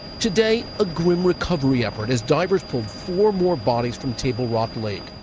today, a grim recovery effort as divers pulled four more bodies from table rock lake.